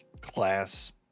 class